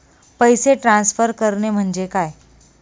पैसे ट्रान्सफर करणे म्हणजे काय?